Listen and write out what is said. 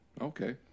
Okay